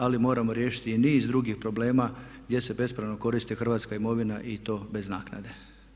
Ali moramo riješiti i niz drugih problema gdje se bespravno koristi hrvatska imovina i to bez naknade.